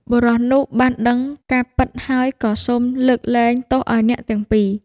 បុរសនោះបានដឹងការពិតហើយក៏សូមលើកលែងទោសឱ្យអ្នកទាំងពីរ។